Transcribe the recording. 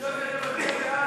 ההסתייגות של חבר הכנסת יוסי יונה